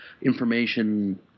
information